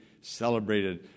celebrated